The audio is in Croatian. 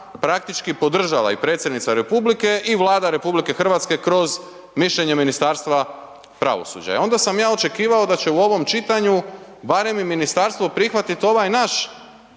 praktički podržala i predsjednica RH i Vlada RH kroz mišljenje Ministarstva pravosuđa i onda sam ja očekivao da će u ovom čitanju barem i ministarstvo prihvatit ovaj naš